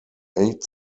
eight